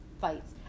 fights